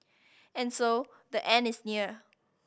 and so the end is near